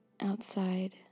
outside